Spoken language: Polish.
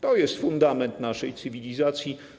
To jest fundament naszej cywilizacji.